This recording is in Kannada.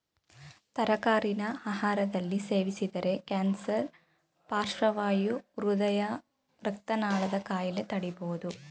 ತರಕಾರಿನ ಆಹಾರದಲ್ಲಿ ಸೇವಿಸಿದರೆ ಕ್ಯಾನ್ಸರ್ ಪಾರ್ಶ್ವವಾಯು ಹೃದಯ ರಕ್ತನಾಳದ ಕಾಯಿಲೆ ತಡಿಬೋದು